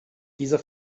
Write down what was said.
dieser